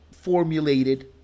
formulated